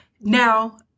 Now